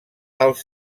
als